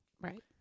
Right